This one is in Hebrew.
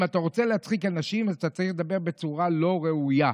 אם אתה רוצה להצחיק אנשים אז אתה צריך לדבר בצורה לא ראויה.